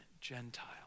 Gentile